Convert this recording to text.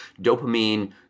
dopamine